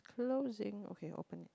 closing okay open it up